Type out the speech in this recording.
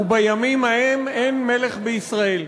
ובימים ההם אין מלך ישראל.